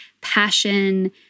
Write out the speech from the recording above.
passion